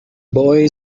boy